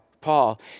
Paul